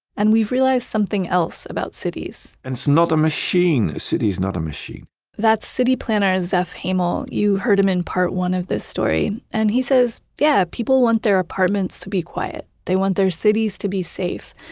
and we've realized something else about cities it's and so not a machine. a city's not a machine that's city planner, zef hemel. you heard him in part one of this story. and he says, yeah, people want their apartments to be quiet. they want their cities to be safe.